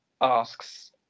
asks